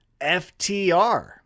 FTR